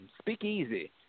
Speakeasy